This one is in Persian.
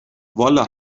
والا